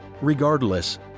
Regardless